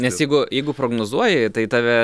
nes jeigu jeigu prognozuoji tai tave